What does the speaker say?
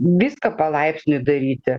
viską palaipsniui daryti